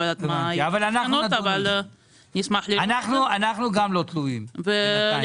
אנחנו גם לא תלויים בינתיים.